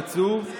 זמנה קצוב,